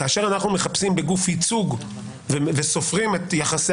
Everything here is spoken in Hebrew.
כאשר אנחנו מחפשים בגוף ייצוג וסופרים את יחסי